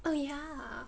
oh ya